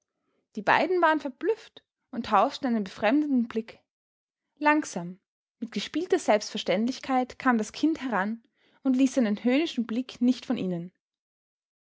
die beiden waren verblüfft und tauschten einen befremdeten blick langsam mit gespielter selbstverständlichkeit kam das kind heran und ließ seinen höhnischen blick nicht von ihnen